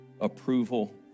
approval